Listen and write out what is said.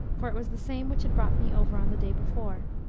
for it was the same which had brought me over on the day before.